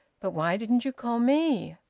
but why didn't you call me?